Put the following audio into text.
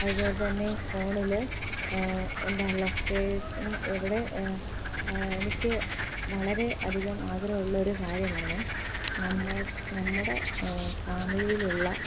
അതുപോലെ തന്നെ ഫോണിൽ എൻ്റെ ലൊക്കേഷൻ എവിടെ എനിക്ക് വളരെ അധികം ആഗ്രഹമള്ള ഒരു കാര്യമാണ് നമ്മൾ നമ്മുടെ ഫാമിലിയിലുള്ള